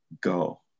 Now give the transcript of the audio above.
go